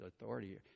authority